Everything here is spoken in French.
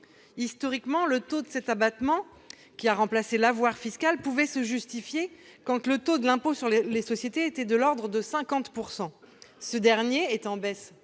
Historiquement, le taux de cet abattement, qui a remplacé l'avoir fiscal, pouvait se justifier, le taux de l'impôt sur les sociétés étant de l'ordre de 50 %. Seulement, le